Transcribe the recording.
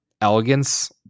Elegance